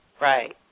right